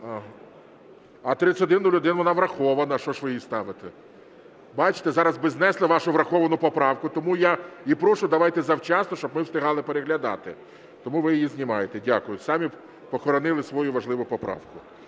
А 3101, вона врахована. Що ж ви її ставите? Бачите, зараз би знесли вашу враховану поправку. Тому я і прошу, давайте завчасно, щоб ми встигали переглядати. Тому ви її знімаєте? Дякую. Самі похоронили свою важливу поправку.